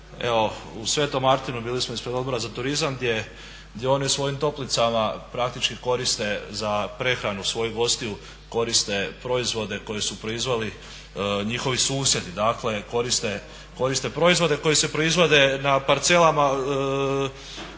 u Svetom Martinu bili smo ispred Odbora za turizam gdje oni u svojim toplicama praktički koriste za prehranu svojih gostiju koriste proizvode koji su proizveli njihovi susjedi. Dakle koriste proizvode koji se proizvode na parcelama pokraj